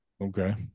Okay